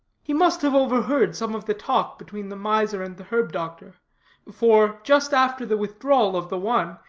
he must have overheard some of the talk between the miser and the herb-doctor for, just after the withdrawal of the one,